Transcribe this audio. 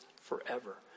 forever